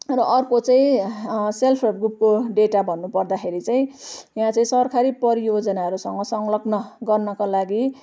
र अर्को चाहिँ सेल्फ हेल्प ग्रुपको डेटा भन्नुपर्दाखेरि चाहिँ यहाँ चाहिँ सरकारी परियोजनाहरूसँग संलग्न गर्नको लागि